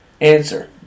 Answer